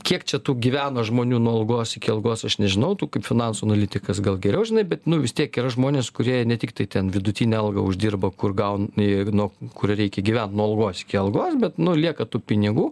kiek čia tų gyvena žmonių nuo algos iki algos aš nežinau tu kaip finansų analitikas gal geriau žinai bet nu vis tiek yra žmonės kurie ne tiktai ten vidutinę algą uždirba kur gauna nuo kur reikia gyvent nuo algos iki algos bet nu lieka tų pinigų